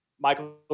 Michael